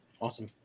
Awesome